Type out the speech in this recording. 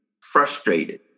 frustrated